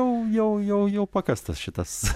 jau jau jau jau pakastas šitas